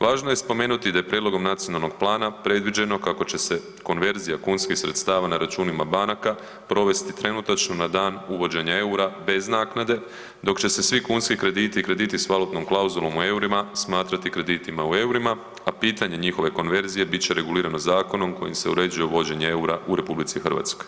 Važno je spomenuti da je Prijedlogom nacionalnog plana predviđeno kako će se konverzija kunskih sredstava na računima banaka provesti trenutačno na dan uvođenja eura bez naknade, dok će se svi kunski krediti i krediti sa valutnom klauzulom u eurima smatrati kreditima u eurima, a pitanje njihove konverzije bit će regulirano zakonom kojim se uređuje uvođenje eura u RH.